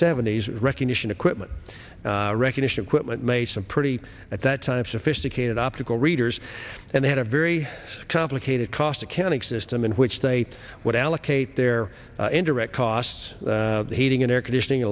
seventies recognition equipment recognition of quitman made some pretty at that time sophisticated optical readers and they had a very complicated cost accounting system in which they would allocate their indirect costs heating and air conditioning